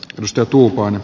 kalustettu huone